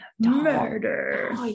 murder